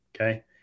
Okay